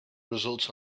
results